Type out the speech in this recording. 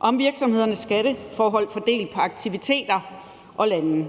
om virksomhedernes skatteforhold fordelt på aktiviteter og lande.